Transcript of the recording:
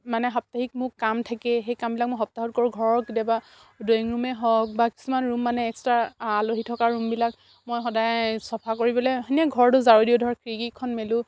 মানে সাপ্তাহিক মোক কাম থাকে সেই কামবিলাক মই সপ্তাহত কৰোঁ ঘৰৰ কেতিয়াবা ড্ৰয়িং ৰুমেই হওক বা কিছুমান ৰুম মানে এক্সট্ৰা আলহী থকা ৰুমবিলাক মই সদায় চফা কৰিবলৈ এনে ঘৰটো ঝাৰু দিও ধৰক খিৰিকীখন মেলোঁ